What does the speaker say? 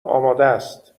آمادست